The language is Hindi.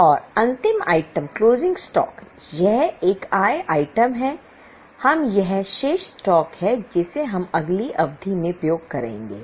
और अंतिम आइटम क्लोजिंग स्टॉक यह एक आय आइटम है हम यह शेष स्टॉक है जिसे हम अगली अवधि में उपयोग करेंगे